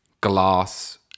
Glass